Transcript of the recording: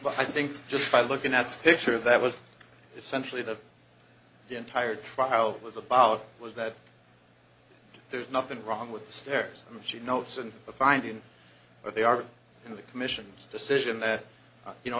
but i think just by looking at picture that was essentially the entire trial was about was that there's nothing wrong with the stairs she notes and the finding but they are in the commission's decision that you know